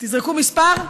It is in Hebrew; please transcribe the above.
תזרקו מספר,